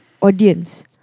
audience